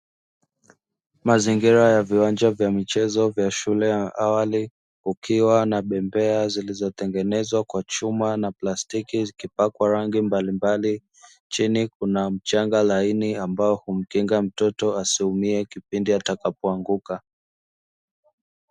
Mazingira ya viwanja vya michezo ya shule ya awali, kukiwa na bembea zilizotengenezwa kwa chuma na plastiki, zikipakwa rangi mbali mbali, chini kuna mchaga laini ambao humkinga mtoto asiumie kipindi atakapo anguka.